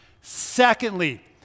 Secondly